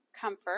comfort